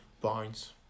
points